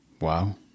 Wow